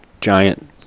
giant